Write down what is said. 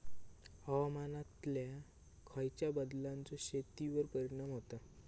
हवामानातल्या खयच्या बदलांचो शेतीवर परिणाम होता?